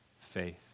faith